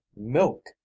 milk